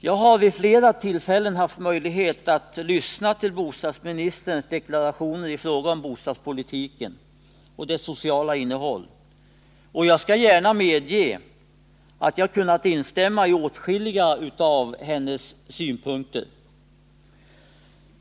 Jag har vid flera tillfällen haft möjlighet att lyssna till bostadsministerns deklarationer i fråga om bostadspolitiken och dess sociala innehåll, och jag skall gärna medge att jag kunnat instämma i åtskilliga av hennes synpunkter.